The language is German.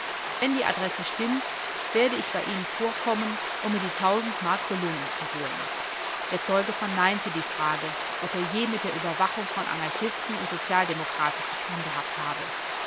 wenn die adresse stimmt werde ich bei ihnen vorkommen um mir die tausend mark belohnung zu holen der zeuge verneinte die frage ob er je mit der überwachung von anarchisten und sozialdemokraten zu tun gehabt habe